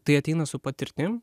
tai ateina su patirtim